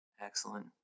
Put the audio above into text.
Excellent